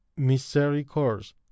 misericors